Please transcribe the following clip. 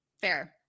Fair